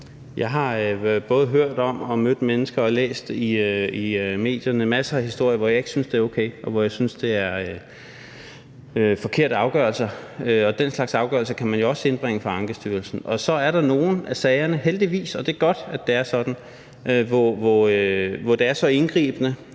Jeg har både hørt om og mødt mennesker og læst masser af historier i medierne, hvor jeg ikke synes det er okay, og hvor jeg synes det er forkerte afgørelser. Og den slags afgørelser kan man jo også indbringe for Ankestyrelsen. Så er der heldigvis nogle af sagerne – og det er godt, at det er sådan – hvor det er så indgribende